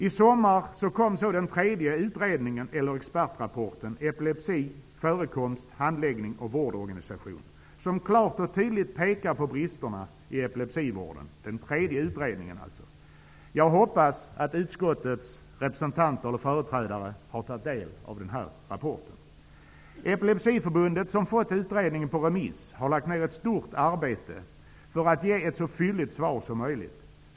I sommar kom så tredje utredningen eller expertrapporten, Epilepsi -- förekomst, handläggning och vårdorganisation, som klart och tydligt pekar på bristerna i epilepsivården. Jag hoppas att utskottets företrädare har tagit del av den rapporten. Epilepsiförbundet, som fått utredningen på remiss, har lagt ner ett stort arbete för att ge ett så fylligt svar som möjligt.